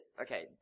okay